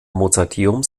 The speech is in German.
mozarteum